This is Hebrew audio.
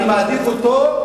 אני מעדיף אותו,